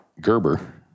Gerber